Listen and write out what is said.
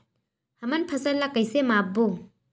हमन फसल ला कइसे माप बो?